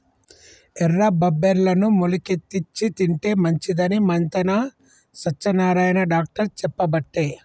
ఎర్ర బబ్బెర్లను మొలికెత్తిచ్చి తింటే మంచిదని మంతెన సత్యనారాయణ డాక్టర్ చెప్పబట్టే